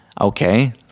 Okay